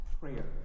prayer